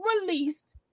released